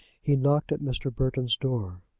he knocked at mr. burton's door.